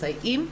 מסייעים,